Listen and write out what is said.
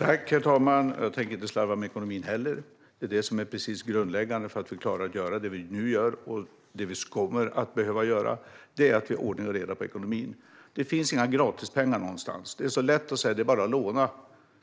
Herr talman! Jag tänker inte slarva med ekonomin heller. Det är grundläggande för att vi klarar att göra det vi nu gör och det vi kommer att behöva göra att vi har ordning och reda på ekonomin. Det finns inte några gratispengar någonstans. Det är lätt att säga att det bara är att låna. Men